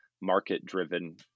market-driven